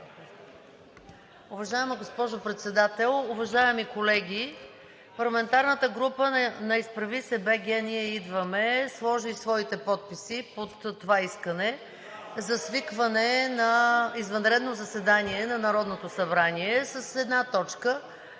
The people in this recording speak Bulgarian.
Уважаема госпожо Председател, уважаеми колеги! Парламентарната група на „Изправи се БГ! Ние идваме!“ сложи своите подписи под това искане за свикване на извънредно заседание на Народното събрание с една точка